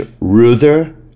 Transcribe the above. Ruther